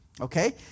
Okay